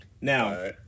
Now